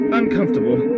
uncomfortable